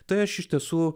tai aš iš tiesų